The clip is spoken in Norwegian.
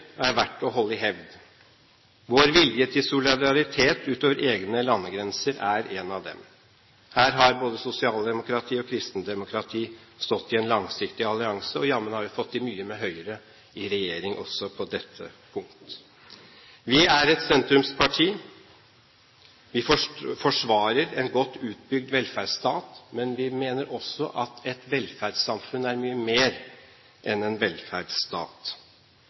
tradisjoner er verdt å holde i hevd. Vår vilje til solidaritet utover egne landegrenser er en av dem. Her har både sosialdemokratiet og kristendemokratiet stått i en langsiktig allianse, og jammen har vi fått til mye med Høyre i regjering også på dette punkt. Vi er et sentrumsparti. Vi forsvarer en godt utbygd velferdsstat. Men vi mener også at et velferdssamfunn er mye mer enn en velferdsstat.